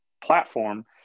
platform